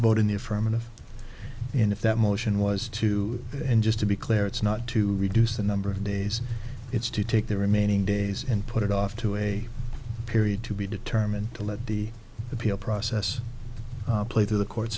vote in the affirmative and if that motion was to end just to be clear it's not to reduce the number of days it's to take the remaining days and put it off to a period to be determined to let the appeal process play to the court